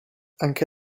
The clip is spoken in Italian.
anche